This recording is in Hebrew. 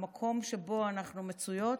במקום שבו אנחנו מצויות,